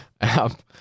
app